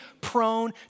prone